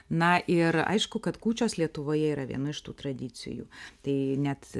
na ir aišku kad kūčios lietuvoje yra viena iš tų tradicijų tai net